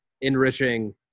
enriching